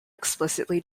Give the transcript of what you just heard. explicitly